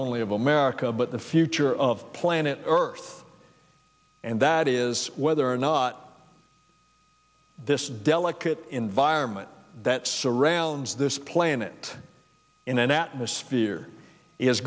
only of america but the future of planet earth and that is whether or not this delicate environment that surrounds this planet in an atmosphere is